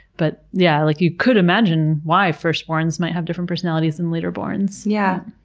but yeah, like you could imagine why first-borns might have different personalities than later-borns. yeah,